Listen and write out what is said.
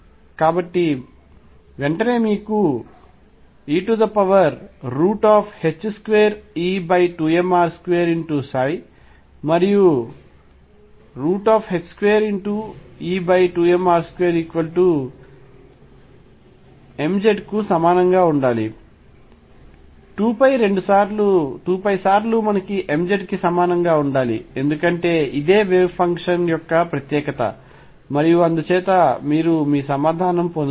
కాబట్టి వెంటనే మీకు e2E2mR2 మరియు 2E2mR2 mz కు సమానంగా ఉండాలి 2 సార్లు mz కి సమానంగా ఉండాలి ఎందుకంటే ఇదే వేవ్ ఫంక్షన్ యొక్క ప్రత్యేకత మరియు అందుచేత మీరు మీ సమాధానం పొందుతారు